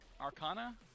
Arcana